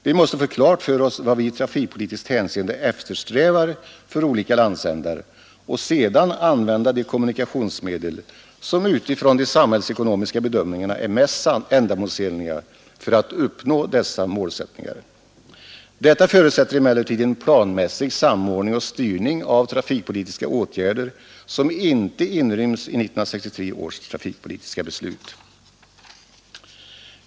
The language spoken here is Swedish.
Vi måste få klart för oss vad vi i trafikpolitiskt hänseende eftersträvar för olika landsändar och sedan använda de kommunikationsmedel som utifrån de samhällsekonomiska bedömningarna är mest ändamålsenliga för att uppnå dessa mål. Detta förutsätter emellertid en planmässig samordning och styrning av trafikpolitiska åtgärder som inte inryms i 1963 års trafikpolitiska beslut.